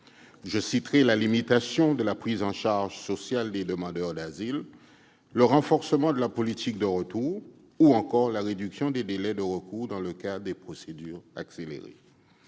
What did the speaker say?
Je citerai la limitation de la prise en charge sociale des demandeurs d'asile, le renforcement de la politique de retour ou encore la réduction des délais de recours dans le cadre des procédures accélérées.